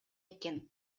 экен